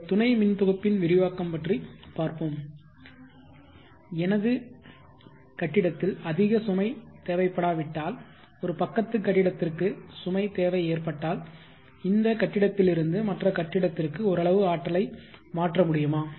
இந்த துணை மின்தொகுப்பின விரிவாக்கம் பற்றி பார்ப்போம் எனது கட்டிடத்தில் அதிக சுமை தேவைப்படாவிட்டால் ஒரு பக்கத்து கட்டிடத்திற்கு சுமை தேவை ஏற்பட்டால் இந்த கட்டிடத்திலிருந்து மற்ற கட்டிடத்திற்கு ஓரளவு ஆற்றலை மாற்ற முடியுமா